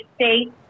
states